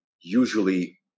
usually